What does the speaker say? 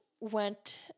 went